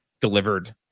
delivered